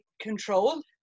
control